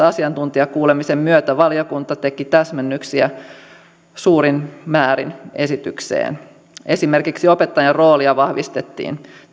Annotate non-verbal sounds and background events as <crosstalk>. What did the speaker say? <unintelligible> asiantuntijakuulemisen myötä sivistysvaliokunta teki täsmennyksiä suurin määrin esitykseen esimerkiksi opettajan roolia vahvistettiin